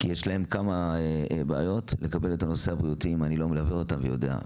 שיהיו בריאים ואם אני לא מלווה אותם ויודע,